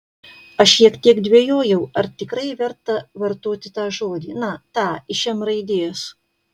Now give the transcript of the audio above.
aš šiek tiek dvejojau ar tikrai verta vartoti tą žodį na tą iš m raidės